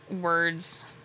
words